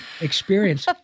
experience